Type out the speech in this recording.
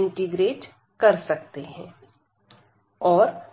integrate कर सकते हैं